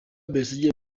besigye